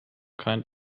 kind